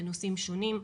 בנושאים שונים.